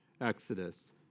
exodus